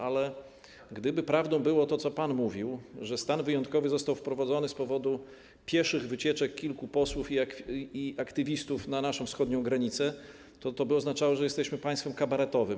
Ale gdyby prawdą było to, co pan mówił, że stan wyjątkowy został wprowadzony z powodu pieszych wycieczek kilku posłów i aktywistów na naszą wschodnią granicę, to to by oznaczało, że jesteśmy państwem kabaretowym.